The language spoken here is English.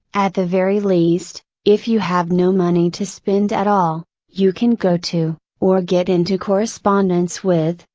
at the very least, if you have no money to spend at all, you can go to, or get into correspondence with,